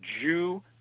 Jew